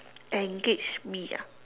engage me ah